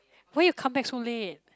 why you come back so late